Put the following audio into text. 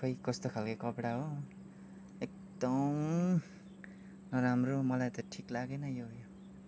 खोइ कस्तो खालके कपडा हो एकदम नराम्रो मलाई त ठिक लागेन यो